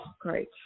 great